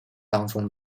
当中